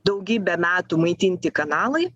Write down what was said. daugybę metų maitinti kanalai